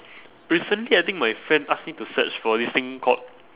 recently I think my friend ask me to search for this thing called